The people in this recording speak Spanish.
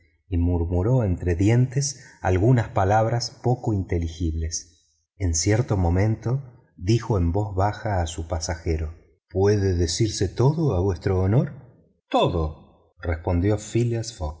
murmuró entre dientes algunas palabras poco inteligibles en cierto momento dijo en voz baja a su pasajero puede decirse todo a vuestro honor todo respondió phileas fogg